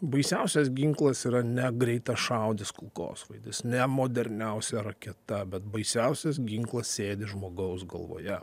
baisiausias ginklas yra ne greitašaudis kulkosvaidis ne moderniausia raketa bet baisiausias ginklas sėdi žmogaus galvoje